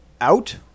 out